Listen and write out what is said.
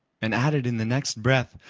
and added in the next breath,